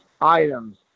items